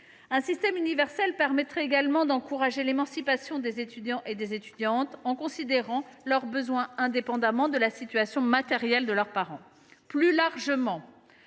un système universel permettrait d’encourager l’émancipation des étudiants, en considérant leurs besoins indépendamment de la situation matérielle de leurs parents. Plus largement,